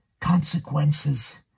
consequences